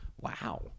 wow